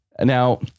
now